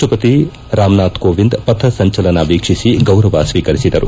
ರಾಷ್ಷಪತಿ ರಾಮನಾಥ್ ಕೋವಿಂದ್ ಪಥ ಸಂಚಲನ ವೀಕ್ಷಿಸಿ ಗೌರವ ಸ್ವೀಕರಿಸಿದರು